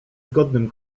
zgodnym